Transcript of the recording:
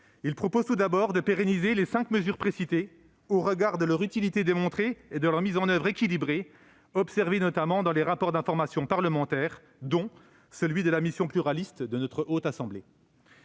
Il propose tout d'abord de pérenniser les cinq mesures précitées au regard de leur utilité démontrée et de leur mise en oeuvre équilibrée, relevée notamment dans les rapports d'information parlementaires, dont celui de la mission pluraliste de la Haute Assemblée.